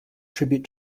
tribute